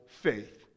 faith